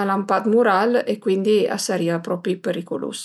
al an pa d'mural e cuindi a sërìa propi periculus